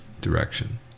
direction